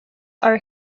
are